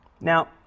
Now